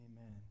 Amen